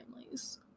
families